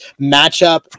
matchup